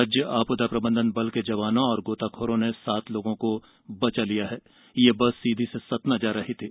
राज्य आ दा मोचन बल के जवानों और गोताखोरों ने सात लोगों को बचा लिया ह यह बस सीधी से सतना जा रही थी